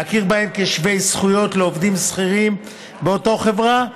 להכיר בהם כשווי זכויות לעובדים שכירים באותה חברה,